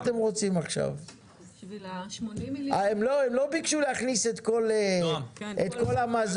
הם לא ביקשו להכניס את כל המזון.